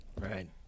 Right